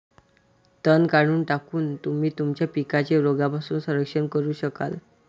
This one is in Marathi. तण काढून टाकून, तुम्ही तुमच्या पिकांचे रोगांपासून संरक्षण करू शकाल